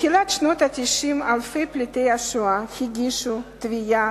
בתחילת שנות ה-90 אלפי פליטי השואה הגישו תביעה